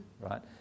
right